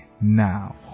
now